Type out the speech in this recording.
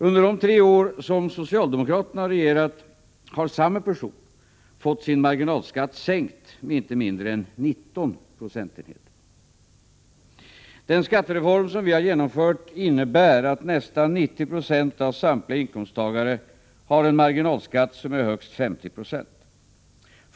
Under de tre år som socialdemokraterna regerat har samma person fått sin marginalskatt sänkt med inte mindre än 19 procentenheter. Den skattereform som vi genomfört innebär att nästan 90 96 av samtliga inkomsttagare har en marginalskatt som är högst 50 96.